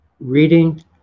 reading